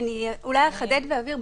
אולי אחדד ואבהיר,